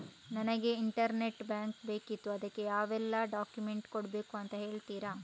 ನನಗೆ internet bank ಬೇಕಿತ್ತು ಅದಕ್ಕೆ ಯಾವೆಲ್ಲಾ ಡಾಕ್ಯುಮೆಂಟ್ಸ್ ಕೊಡ್ಬೇಕು ಅಂತ ಹೇಳ್ತಿರಾ?